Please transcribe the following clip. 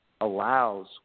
allows